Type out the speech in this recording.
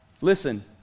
Listen